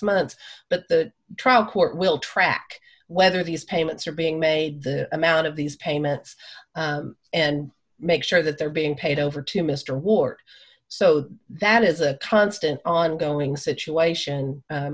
months but the trial court will track whether these payments are being made the amount of these payments and make sure that they're being paid over to mr ward so that is a constant ongoing situation